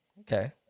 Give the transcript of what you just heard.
Okay